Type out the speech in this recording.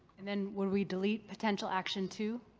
and then would we delete potential action two?